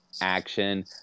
action